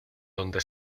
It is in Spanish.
donde